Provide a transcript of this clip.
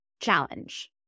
challenge